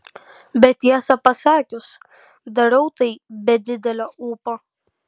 bet tiesą pasakius darau tai be didelio ūpo